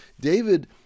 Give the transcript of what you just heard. David